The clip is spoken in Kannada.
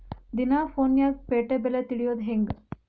ದಿನಾ ಫೋನ್ಯಾಗ್ ಪೇಟೆ ಬೆಲೆ ತಿಳಿಯೋದ್ ಹೆಂಗ್?